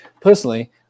Personally